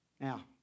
Now